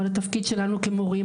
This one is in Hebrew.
על התפקיד שלנו כמורים,